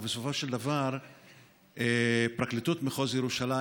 ובסופו של דבר פרקליטות מחוז ירושלים